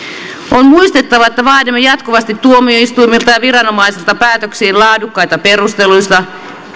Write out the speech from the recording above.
on muistettava että vaadimme jatkuvasti tuomioistuimilta ja viranomaisilta päätöksiin laadukkaita perusteluita